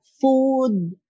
food